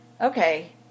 okay